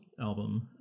album